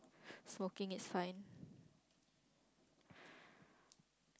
smoking it's fine